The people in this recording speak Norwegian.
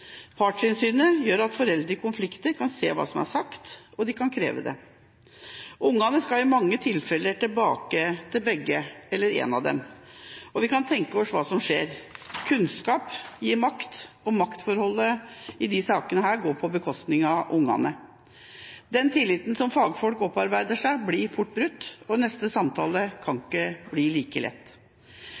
Partsinnsynet gjør at foreldre i konflikter kan se hva som er sagt, og de kan kreve dette. Barnet skal i mange tilfeller tilbake til begge eller til en av dem, og vi kan tenke oss hva som skjer. Kunnskap gir makt, og maktforholdet i disse sakene går på bekostning av barna. Tilliten som fagfolk opparbeider seg, blir fort brutt. Neste samtale kan ikke bli like lett.